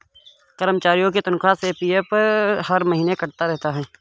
कर्मचारियों के तनख्वाह से पी.एफ हर महीने कटता रहता है